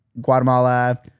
Guatemala